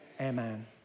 amen